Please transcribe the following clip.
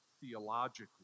theologically